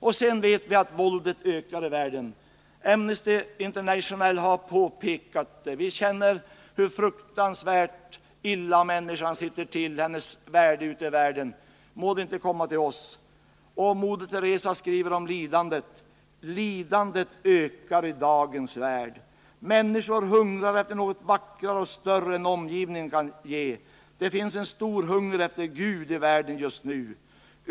Vi vet att våldet ökar i världen. Amnesty International har påpekat detta. Vi känner hur fruktansvärt illa ställt det är med människans värde ute i världen. Må denna situation inte komma till oss! Moder Teresa skriver om lidandet: ”Lidandet ökar i dagens värld. Människor hungrar efter något vackrare och större än omgivningen kan ge. Det finns en stor hunger efter Gud i världen just nu.